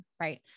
right